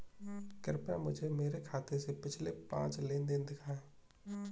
कृपया मुझे मेरे खाते से पिछले पाँच लेन देन दिखाएं